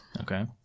okay